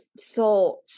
thought